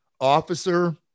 officer